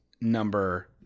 number